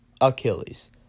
Achilles